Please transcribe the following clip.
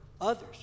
others